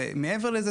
ומעבר לכך,